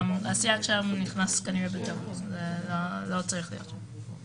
הסייג נכנס כנראה בטעות, ולא צריך להיות שם.